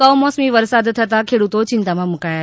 કમોસમી વરસાદ થતાં ખેડૂતો ચિંતામાં મૂકાયા